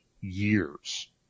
years